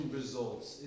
results